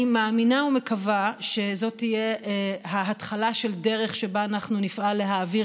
אני מאמינה ומקווה שזאת תהיה ההתחלה של דרך שבה אנחנו נפעל להעביר